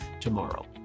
tomorrow